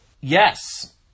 yes